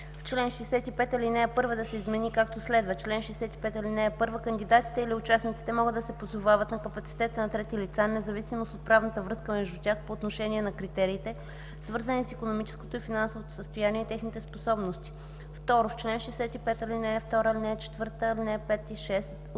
В чл. 65, ал. 1 да се измени както следва: „Чл. 65 (1) Кандидатите или участниците могат да се позовават на капацитета на трети лица независимо от правната връзка между тях по отношение на критериите, свързани с икономическото и финансовото състояние и техническите способности.” 2. В чл. 65, ал. 2, ал. 4, ал. 5 и